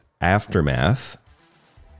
Aftermath